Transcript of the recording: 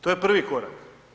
To je prvi korak.